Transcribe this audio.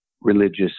religious